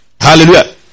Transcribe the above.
Hallelujah